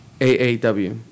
AAW